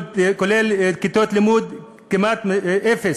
כולל השכלה גבוהה, כולל כיתות לימוד, כמעט אפס.